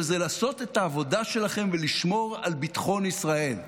לעשות את העבודה שלכם ולשמור על ביטחון ישראל.